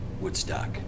Woodstock